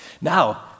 Now